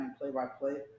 play-by-play